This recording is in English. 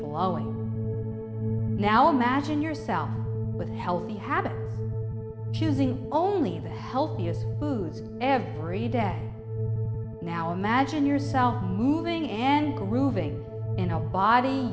flowing now imagine yourself with healthy habits choosing only the healthiest foods every day now imagine yourself moving and